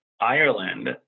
Ireland